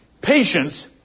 Patience